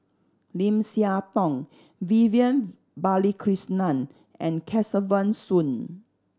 Lim Siah Tong Vivian Balakrishnan and Kesavan Soon